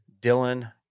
Dylan